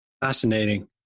Fascinating